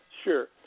Sure